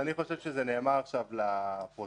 אני חושב שזה נאמר עכשיו לפרוטוקול.